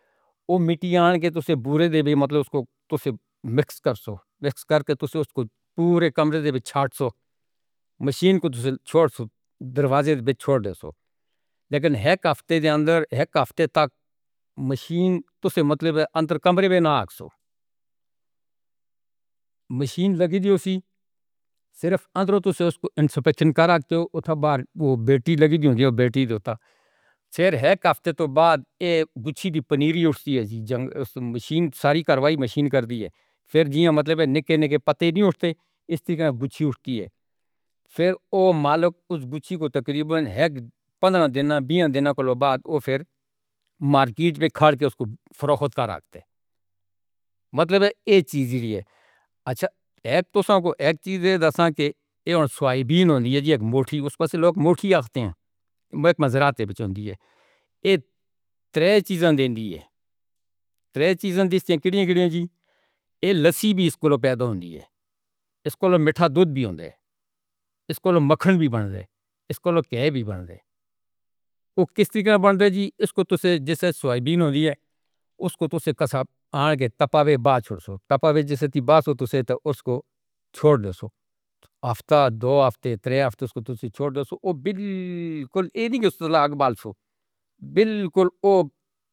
او مٹی دے تُسے بورے دے او، مطلب اُسکو تُسے مِکس کر سو۔ مِکس کر کے تُسے اُسکو پورے کمروے دے بِچھاٹ سو۔ مشین کو چھوڑ سو۔ دروازے پر چھوڑ دو۔ لیکن ہفتے دے اندر اک ہفتہ تک مشین۔ تُسے مطلب اندر کمرے وچ نہ آؤ۔ مشین لگی ہئی اُسی، صرف اندر تُسے اُسکو انسپیکشن کر تو اُتھا۔ باہر او بیٹی لگی ہوئی ہئی۔ پھر اک ہفتے تو بعد اک گُچھے دی پنیر دی اُٹھدی ہے جیسے مشین ساری کارروائی مشین کر دی ہے۔ پھر جیا مطلب نکلے پتے نہیں اُٹھدے۔ اس طرحیں توں گُچھے اُٹھدی ہے۔ پھر او مالک اُس گُچھے کو تقریباً اک پندرہ دنوں بیس دنوں دے بعد او پھر مارکیٹ وچ کھڑکے اُسکو فروخت کرائے۔ مطلب ایہ چیز ہے اچھا اک تو اک چیز ایہ بتا دیں کہ انوسویکرن وی نہیں ہے جیسے لوگ مونگ دی کہندے نیں۔ میں کرنا چاہندی ہاں۔ ایہ تیرے چینل دے ہی ہے۔ تیرے چینل دی تو اِتنی کڑی جی لسی اِسکو پیدا ہوندی ہے۔ اِسکو میٹھا دودھ وی ہُندا ہے اِسکو مکھن وی بندا ہے اِسکو لو ایہ وی بندے نیں۔ ایہ کس طرحیں توں بندے ہے جِسکو تُسے جیسے سویابین ہو رہی ہے اُسکو تُسے کسا کے تَپ وچ چھوڑ دو۔ تَپ وچ جیسے وی بات تو اُسکو چھوڑ دو۔ ہفتہ دو ہفتے تن ہفتے کو تُسے چھوڑ دو۔ او بالکل اِنہیں دے اگے بال ہی سن۔ بالکل او۔